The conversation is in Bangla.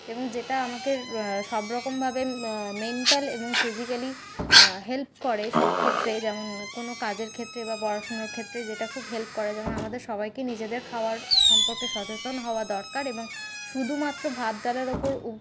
এবং যেটা আমাকে সব রকমভাবে মেন্টাল এবং ফিজিক্যালি হেল্প করে সব ক্ষেত্রে যেমন কোনো কাজের ক্ষেত্রে বা পড়াশুনার ক্ষেত্রে যেটা খুব হেল্প করে যেমন আমাদের সবাইকে নিজেদের খাবার সম্পর্কে সচেতন হওয়া দরকার এবং শুধুমাত্র ভাত ডালের ওপর